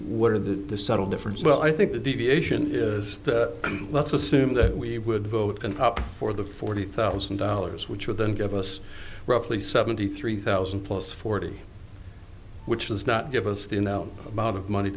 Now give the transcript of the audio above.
what are the subtle difference well i think the deviation is and let's assume that we would vote for the forty thousand dollars which would then give us roughly seventy three thousand plus forty which does not give us the in the out amount of money